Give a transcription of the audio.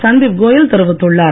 சந்தீப் கோயல் தெரிவித்துள்ளார்